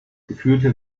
geführte